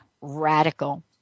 radical